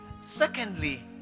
Secondly